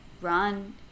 run